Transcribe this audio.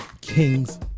Kings